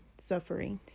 sufferings